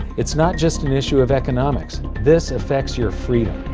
it's not just an issue of economics, this affects your freedom.